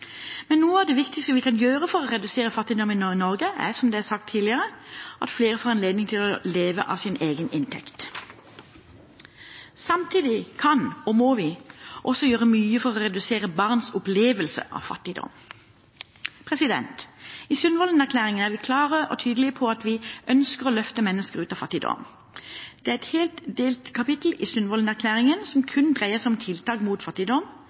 Noe av det viktigste vi kan gjøre for å redusere fattigdom i Norge, er, som det er sagt tidligere, å la flere få anledning til å leve av sin egen inntekt. Samtidig kan vi, og må vi, også gjøre mye for å redusere barns opplevelse av fattigdom. I Sundvolden-erklæringen er vi klare og tydelige på at vi ønsker å løfte mennesker ut av fattigdom. Det er et helt delkapittel i Sundvolden-erklæringen som kun dreier seg om tiltak mot fattigdom.